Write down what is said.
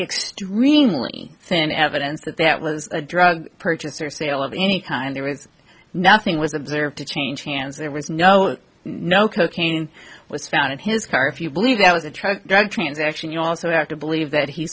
extremely thin evidence that that was a drug purchase or sale of any kind there was nothing was observed to change hands there was no no cocaine was found in his car if you believe that was a truck transaction you also have to believe that he